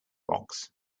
box